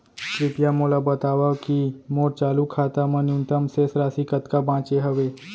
कृपया मोला बतावव की मोर चालू खाता मा न्यूनतम शेष राशि कतका बाचे हवे